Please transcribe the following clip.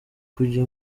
kujya